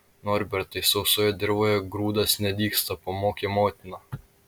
norbertai sausojoje dirvoje grūdas nedygsta pamokė motina